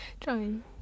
Trying